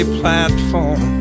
platform